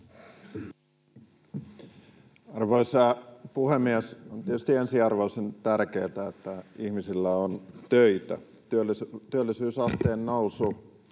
Arvoisa puhemies! On tietysti ensiarvoisen tärkeätä, että ihmisillä on töitä. Työllisyysasteen nousu